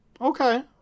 okay